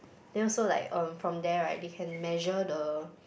then also like um from there right they can measure the